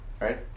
Right